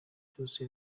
ryose